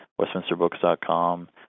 WestminsterBooks.com